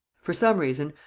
for some reason,